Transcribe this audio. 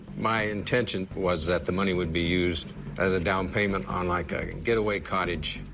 my intention was that the money would be used as a down payment on, like, a and getaway cottage,